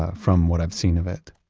from what i've seen of it.